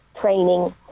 training